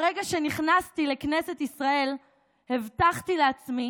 ברגע שנכנסתי לכנסת ישראל הבטחתי לעצמי